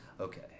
Okay